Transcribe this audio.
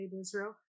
Israel